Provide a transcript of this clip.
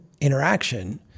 interaction